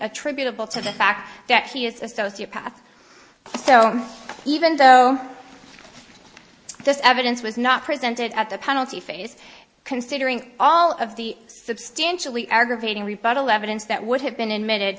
attributable to the fact that he is a sociopath so even though this evidence was not presented at the penalty phase considering all of the substantially aggravating rebuttal evidence that would have been admitted